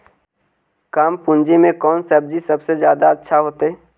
कम पूंजी में कौन सब्ज़ी जादा अच्छा होतई?